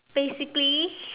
basically